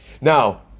Now